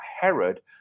Herod